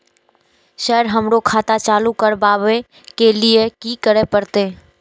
Sir हमरो खाता चालू करबाबे के ली ये की करें परते?